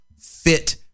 fit